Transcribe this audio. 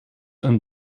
een